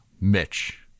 Mitch